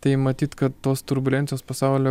tai matyt kad tos turbulencijos pasaulio